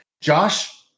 Josh